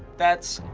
that's.